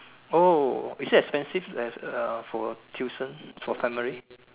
oh is it expensive uh for tuition for primary